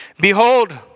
Behold